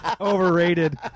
Overrated